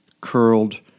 curled